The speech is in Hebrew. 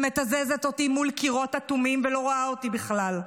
ומתזזת אותי מול קירות אטומים ולא רואה אותי בכלל.